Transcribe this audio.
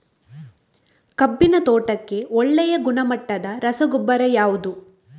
ಕಬ್ಬಿನ ತೋಟಕ್ಕೆ ಒಳ್ಳೆಯ ಗುಣಮಟ್ಟದ ರಸಗೊಬ್ಬರ ಯಾವುದು?